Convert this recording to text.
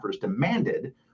demanded